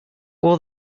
will